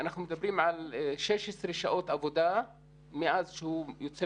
אנחנו מדברים על 16 שעות עבודה מאז שהוא יוצא